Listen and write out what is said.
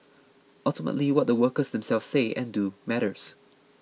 ultimately what the workers themselves say and do matters